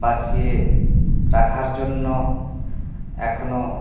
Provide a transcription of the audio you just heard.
বাঁচিয়ে রাখার জন্য এখনও